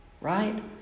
Right